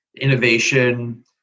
innovation